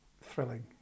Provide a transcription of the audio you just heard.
thrilling